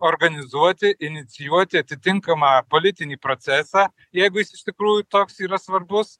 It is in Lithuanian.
organizuoti inicijuoti atitinkamą politinį procesą jeigu jis iš tikrųjų toks yra svarbus